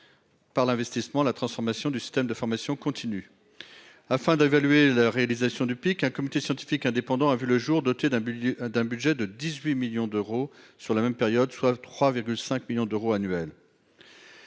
par l'investissement, la transformation du système de formation continue, afin d'évaluer la réalisation du pic, un comité scientifique indépendant a vu le jour, doté d'un budget d'un budget de 18 millions d'euros sur la même période, soit 3,5 millions d'euros annuels.